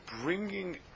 bringing